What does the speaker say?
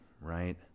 right